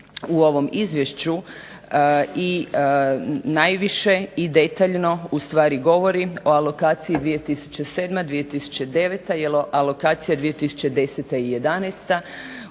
u ovom izvješću i najviše i detaljno ustvari govori o alokaciji 2007.-2009., jer alokacija 2010. i 2011.